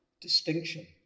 distinction